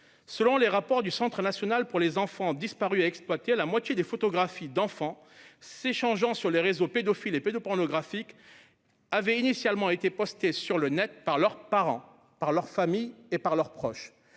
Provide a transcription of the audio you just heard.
Selon les rapports du Centre national pour les enfants disparus ou exploités, qui oeuvre aux États-Unis, la moitié des photographies d'enfants s'échangeant sur les réseaux pédophiles et pédopornographiques ont été à l'origine postées sur le Net par leurs parents, par leur famille ou par leurs proches.